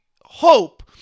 hope